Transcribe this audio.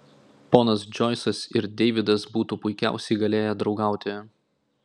ponas džoisas ir deividas būtų puikiausiai galėję draugauti